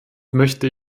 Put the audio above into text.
möchte